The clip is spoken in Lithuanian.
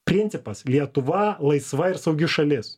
principas lietuva laisva ir saugi šalis